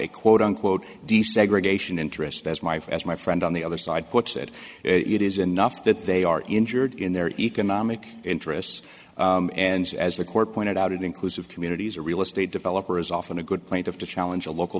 a quote unquote desegregation interest as my friend my friend on the other side puts it it is enough that they are injured in their economic interests and as the court pointed out inclusive communities or real estate developer is often a good plaintiff to challenge a local